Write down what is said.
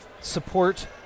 support